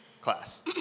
class